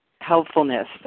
helpfulness